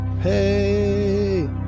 Hey